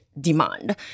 demand